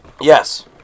Yes